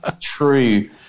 True